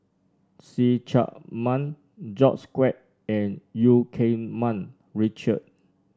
See Chak Mun George Quek and Eu Keng Mun Richard